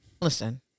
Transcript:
Listen